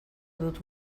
dut